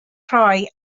rhoi